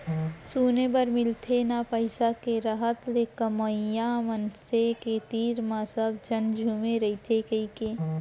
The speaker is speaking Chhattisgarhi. सुने बर मिलथे ना पइसा के रहत ले कमवइया मनसे के तीर म सब झन झुमे रइथें कइके